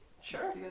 Sure